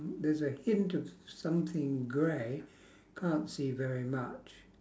mm there's a hint of something grey can't see very much